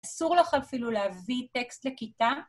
אסור לך אפילו להביא טקסט לכיתה.